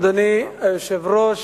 אדוני היושב-ראש,